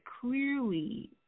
clearly